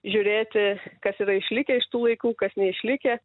žiūrėti kas yra išlikę iš tų laikų kas neišlikę